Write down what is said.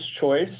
choice